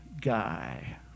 guy